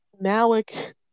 Malik